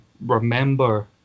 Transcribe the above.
remember